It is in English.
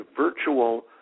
virtual